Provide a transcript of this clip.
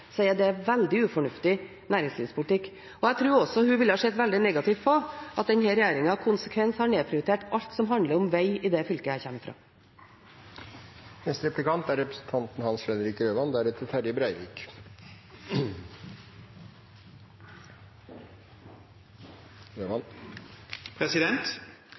det veldig ufornuftig næringslivspolitikk. Jeg tror også hun ville sett veldig negativt på at denne regjeringen konsekvent har nedprioritert alt som handler om veg i det fylket jeg kommer fra. Kristelig Folkeparti er